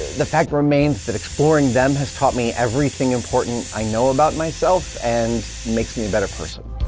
the fact remains that exploring them has taught me everything important i know about myself and makes me a better person.